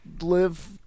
live